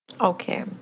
Okay